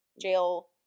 Jail –